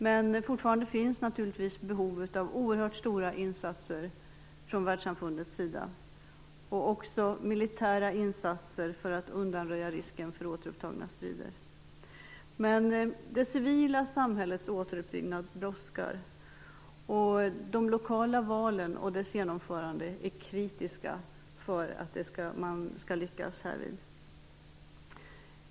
Men fortfarande finns naturligtvis behovet av oerhört stora insatser från världssamfundets sida, och också militära insatser för att undanröja risken för återupptagna strider. Det civila samhällets återuppbyggnad brådskar. De lokala valen och deras genomförande är kritiska för att man skall lyckas härvidlag.